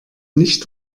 nicht